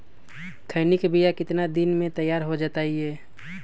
खैनी के बिया कितना दिन मे तैयार हो जताइए?